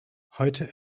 heute